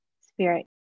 spirit